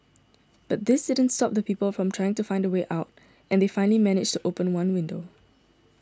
but this didn't stop people from trying to find a way out and they finally managed to open one window